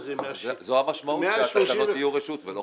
זו המשמעות שהתקנות יהיו רשות ולא חובה.